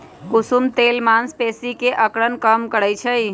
कुसुम तेल मांसपेशी के अकड़न कम करई छई